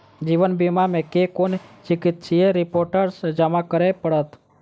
जीवन बीमा मे केँ कुन चिकित्सीय रिपोर्टस जमा करै पड़त?